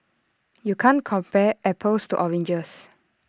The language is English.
you can't compare apples to oranges